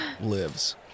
lives